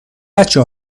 بچه